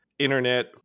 internet